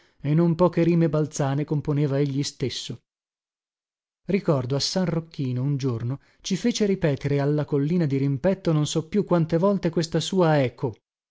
e non poche rime balzane componeva egli stesso ricordo a san rocchino un giorno ci fece ripetere alla collina dirimpetto non so più quante volte questa sua eco